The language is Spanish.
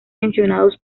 mencionados